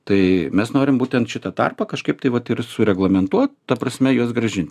tai mes norim būtent šitą tarpą kažkaip tai vat ir sureglamentuot ta prasme juos grąžint